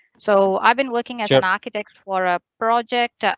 so i've been working as an architect for a project.